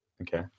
okay